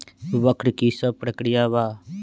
वक्र कि शव प्रकिया वा?